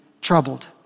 troubled